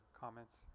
comments